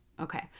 Okay